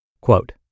Quote